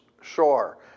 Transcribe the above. shore